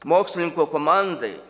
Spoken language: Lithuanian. mokslininkų komandai